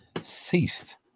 ceased